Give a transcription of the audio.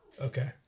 Okay